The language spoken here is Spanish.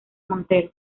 montero